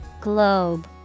Globe